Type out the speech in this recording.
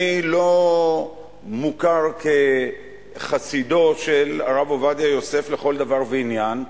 אני לא מוכר כחסידו של הרב עובדיה יוסף לכל דבר ועניין,